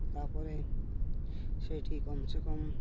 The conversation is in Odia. ତା'ପରେ ସେଇଠି କମ୍ସେ କମ୍